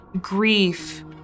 grief